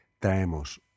traemos